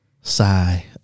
Sigh